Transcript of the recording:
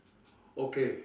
okay